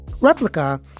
Replica